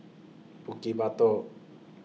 Bukit Batok